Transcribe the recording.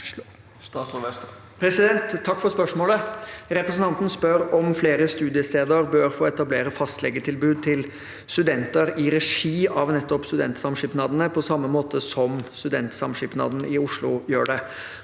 Takk for spørsmålet. Representanten spør om flere studiesteder bør få etablere fastlegetilbud til studenter i regi av studentsamskipnadene, på samme måte som Studentsamskipnaden i Oslo. Da er det